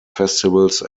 festivals